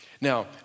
Now